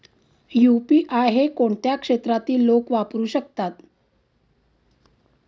UPI हे कोणत्या क्षेत्रातील लोक वापरू शकतात?